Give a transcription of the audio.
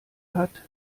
hat